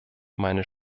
meine